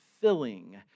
filling